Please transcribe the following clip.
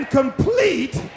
complete